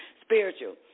spiritual